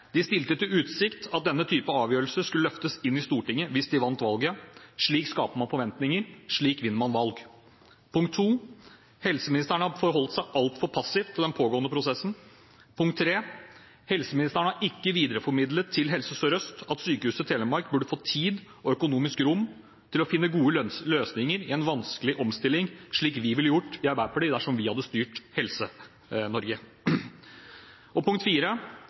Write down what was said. De stilte i utsikt at denne typen avgjørelse skulle løftes inn i Stortinget hvis de vant valget. Slik skaper man forventninger, og slik vinner man valg. Punkt nr. 2: Helseministeren har forholdt seg altfor passiv til den pågående prosessen. Punkt nr. 3: Helseministeren har ikke videreformidlet til Helse Sør-Øst at Sykehuset Telemark burde få tid og økonomisk rom til å finne gode løsninger i en vanskelig omstilling, slik vi i Arbeiderpartiet ville gjort, dersom vi hadde styrt Helse-Norge. Punkt